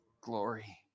Glory